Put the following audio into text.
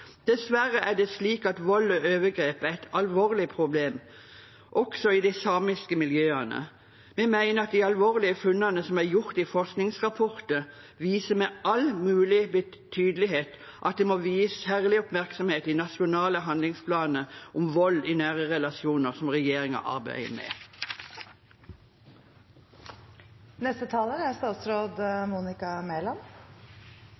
Dessverre er det slik at vold og overgrep er et alvorlig problem, også i de samiske miljøene. Vi mener at de alvorlige funnene som er gjort i forskningsrapporter, viser med all mulig tydelighet at dette må vies særlig oppmerksomhet i nasjonal handlingsplan mot vold i nære relasjoner, som regjeringen arbeider